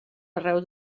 arreu